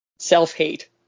Self-hate